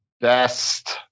best